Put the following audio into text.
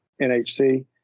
NHC